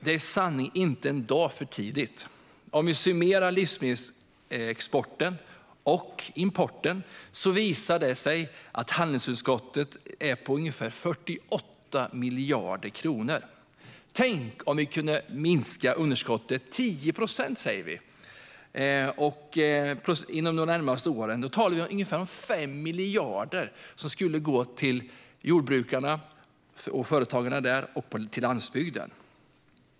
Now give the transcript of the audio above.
Det är i sanning inte en dag för tidigt. Om vi summerar livsmedelsexporten och livsmedelsimporten får vi ett handelsunderskott på ca 48 miljarder kronor. Om vi kunde minska underskottet med 10 procent inom de närmaste åren skulle ca 5 miljarder gå till jordbruksföretagen och landsbygden.